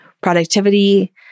productivity